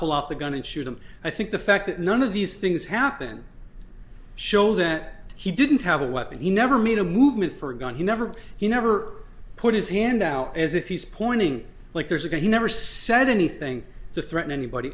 pull up a gun and shoot him i think the fact that none of these things happened show that he didn't have a weapon he never made a movement for a gun he never he never put his hand out as if he's pointing like there's a guy he never said anything to threaten anybody